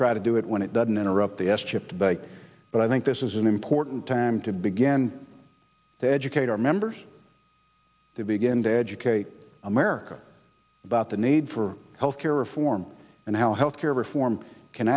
try to do it when it doesn't interrupt the s chip but i think this is an important time to begin to educate our members to begin to educate america about the need for health care reform and how health care reform can